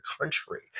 country